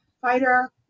Fighter